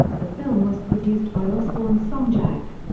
the film was produced by osbourne's son jack.